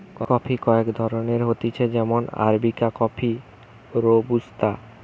coffee কয়েক ধরণের হতিছে যেমন আরাবিকা কফি, রোবুস্তা